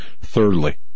Thirdly